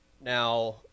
now